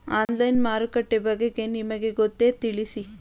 Online ಮಾರುಕಟ್ಟೆ ಬಗೆಗೆ ನಿಮಗೆ ಗೊತ್ತೇ? ತಿಳಿಸಿ?